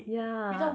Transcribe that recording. ya